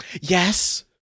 Yes